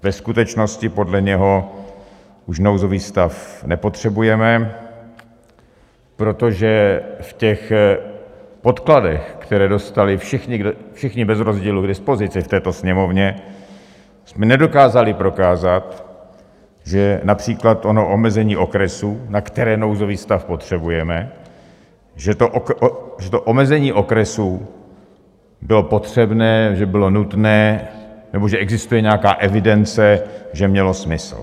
Ve skutečnosti podle něj už nouzový stav nepotřebujeme, protože v podkladech, které dostali všichni bez rozdílu k dispozici v této Sněmovně, jsme nedokázali prokázat, že například ono omezení okresů, na které nouzový stav potřebujeme, že to omezení okresů bylo potřebné, že bylo nutné, nebo že existuje nějaká evidence, že mělo smysl.